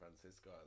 Francisco